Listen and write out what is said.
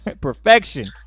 Perfection